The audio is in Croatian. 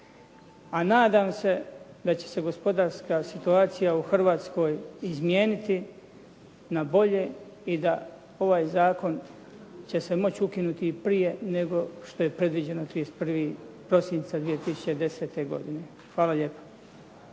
A nadam se da će se gospodarska situacija u Hrvatskoj izmijeniti na bolje i da ovaj zakon će se moći ukinuti i prije nego što je predviđeno 31. prosinca 2010. godine. Hvala lijepa.